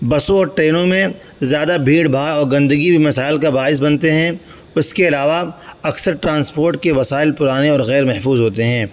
بسوں اور ٹرینوں میں زیادہ بھیڑ بھاڑ اور گندگی بھی مسائل کا باعث بنتے ہیں اس کے علاوہ اکثر ٹرانسپورٹ کے وسائل پرانے اور غیرمحفوظ ہوتے ہیں